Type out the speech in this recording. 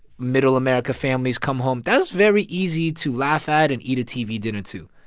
middle-america families come home, that's very easy to laugh at and eat a tv dinner to,